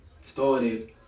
started